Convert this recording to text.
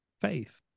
Faith